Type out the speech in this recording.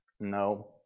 No